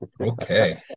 Okay